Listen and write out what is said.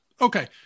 Okay